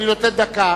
אני נותן דקה,